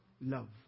love